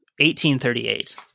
1838